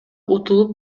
утулуп